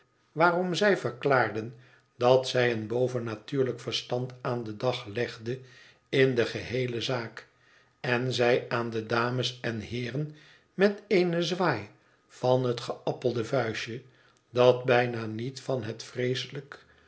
waarom zij verklaarden dat zij een bovennatuurlijk verstand aan den dag legde in de geheele zaak en zij aan de dames en heeren met een zwaai van het geappelde vuistje dat bijna niet van het vreeselijk